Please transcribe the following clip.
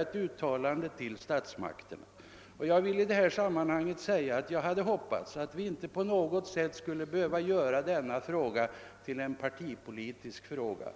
ett uttalande till statsmakterna. Jag vill i detta sammanhang säga att jag hade hoppats att denna fråga inte skulle behöva bli en partipolitisk fråga.